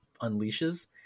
unleashes